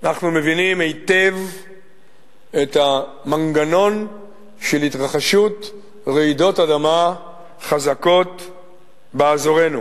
אנחנו מבינים היטב את המנגנון של התרחשות רעידות אדמה חזקות באזורנו.